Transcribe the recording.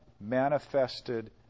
manifested